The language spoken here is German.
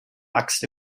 axt